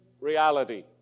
reality